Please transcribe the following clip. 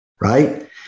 right